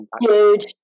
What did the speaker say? Huge